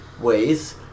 ways